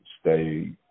stay